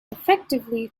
effectively